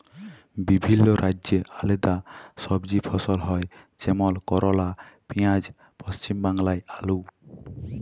বিভিল্য রাজ্যে আলেদা সবজি ফসল হ্যয় যেমল করলা, পিয়াঁজ, পশ্চিম বাংলায় আলু